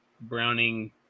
Browning